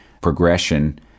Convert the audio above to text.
progression